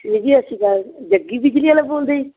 ਵੀਰ ਜੀ ਸਤ ਸ਼੍ਰੀ ਅਕਾਲ ਜੀ ਜੱਗੀ ਬਿਜਲੀ ਵਾਲਾ ਬੋਲਦੇ ਜੀ